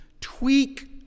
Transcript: tweak